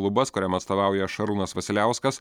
klubas kuriam atstovauja šarūnas vasiliauskas